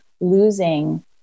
losing